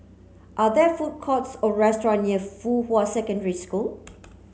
are there food courts or restaurant near Fuhua Secondary School